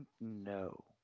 no